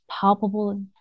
palpable